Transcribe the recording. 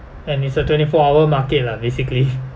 and it's a twenty four hour market lah basically